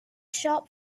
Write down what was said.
shop